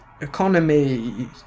economy